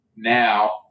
Now